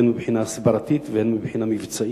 הן מבחינה הסברתית והן מבחינה מבצעית,